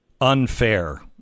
unfair